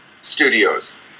studios